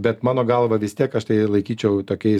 bet mano galva vis tiek aš tai laikyčiau tokiais